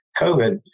COVID